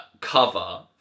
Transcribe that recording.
cover